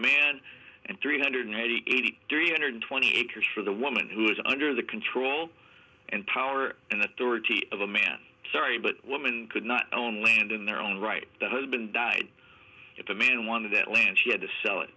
man and three hundred eighty eight three hundred twenty acres for the woman who is under the control and power and authority of a man sorry but woman could not own land in their own right the husband died if a man wanted that land he had to sell it